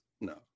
no